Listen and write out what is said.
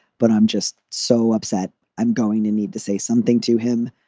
but i'm just so upset. i'm going to need to say something to him,